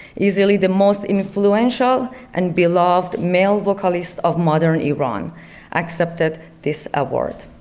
easily the most influential and beloved male vocalist of modern iran accepted this award.